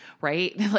right